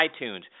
iTunes